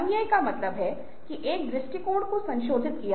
आपने संगठन में क्या किया